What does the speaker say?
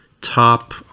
top